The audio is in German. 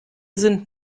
sind